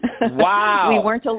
Wow